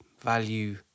value